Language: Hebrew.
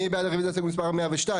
מי בעד רביזיה להסתייגות מספר 102?